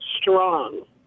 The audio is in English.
strong